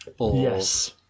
Yes